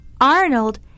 Arnold